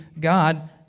god